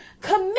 Commit